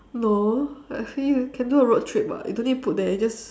no actually you can do a road trip [what] you don't need to put there you just